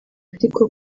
ariko